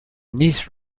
niece